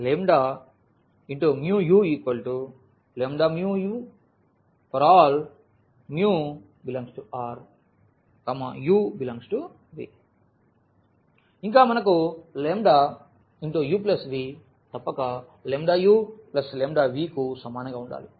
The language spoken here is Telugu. uλμu ∀ μ∈R u∈V ఇంకా మనకు ఈ u v తప్పక uλv కు సమానంగా ఉండాలి